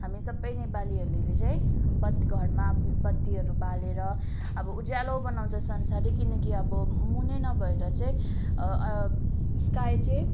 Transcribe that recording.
हामी सबै नेपालीहरूले चाहिँ बत घरमा बत्तीहरू बालेर अब उज्यालो बनाउँछ संसारै किनकि अब मुनै नभएर चाहिँ स्काई चाहिँ